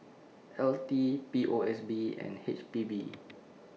L T P O S B and H P B